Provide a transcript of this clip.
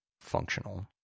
functional